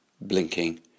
blinking